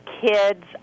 kids